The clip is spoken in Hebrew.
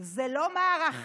זה לא מערכה,